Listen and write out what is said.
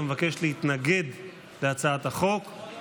המבקש להתנגד להצעת החוק,